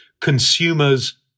consumers